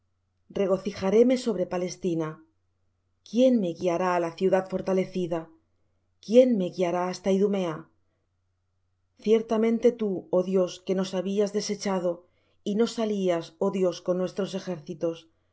calzado regocijaréme sobre palestina quién me guiará á la ciudad fortalecida quién me guiará hasta idumea ciertamente tú oh dios que nos habías desechado y no salías oh dios con nuestros ejércitos